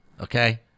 Okay